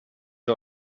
der